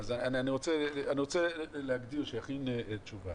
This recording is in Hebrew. אני רוצה להגדיר ושיכין לי תשובה.